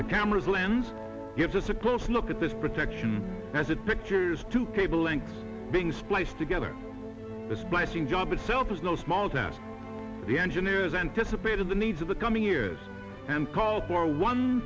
the camera lens gives us a close look at this protection as it pictures two cable length being spliced together the splashing job itself is no small task the engineers anticipated the needs of the coming years and